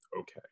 okay